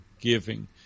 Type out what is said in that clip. giving